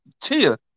Tia